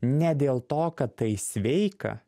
ne dėl to kad tai sveika